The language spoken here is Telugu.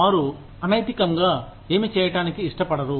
వారు అనైతికం గా ఏమీ చేయటానికి ఇష్టపడరు